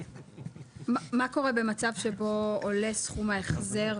מה קורה במצב שבו עולה סכום ההחזר?